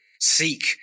seek